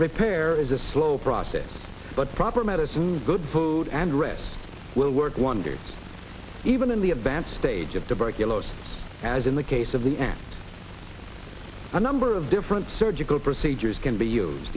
repair is a slow process but proper medicines good food and rest will work wonders even in the advanced stage of tuberculosis as in the case of the ants a number of different surgical procedures can be used